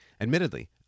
Admittedly